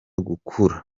gukura